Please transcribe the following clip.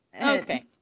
Okay